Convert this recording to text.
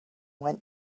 went